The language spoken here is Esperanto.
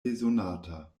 bezonata